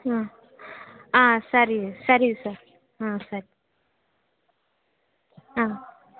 ಹ್ಞೂ ಆಂ ಸರಿ ಸರಿ ಸರ್ ಹಾಂ ಸರಿ ಆಂ